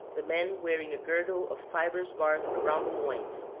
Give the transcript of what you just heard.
the men wearing a girdle of fibrous bark around the loins,